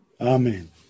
Amen